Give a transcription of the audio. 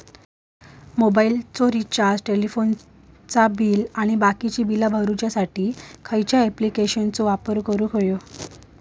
मोबाईलाचा रिचार्ज टेलिफोनाचा बिल आणि बाकीची बिला भरूच्या खातीर खयच्या ॲप्लिकेशनाचो वापर करूक होयो?